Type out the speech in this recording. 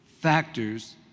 factors